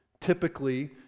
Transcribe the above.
typically